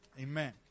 Amen